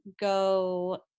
go